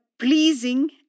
Pleasing